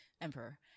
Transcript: emperor